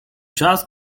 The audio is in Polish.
czas